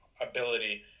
ability